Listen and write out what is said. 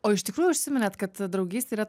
o iš tikrųjų užsiminėt kad draugystė yra